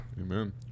Amen